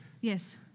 Yes